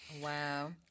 Wow